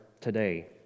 today